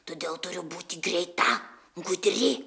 todėl turiu būti greita gudri